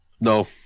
No